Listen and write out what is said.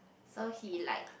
so he like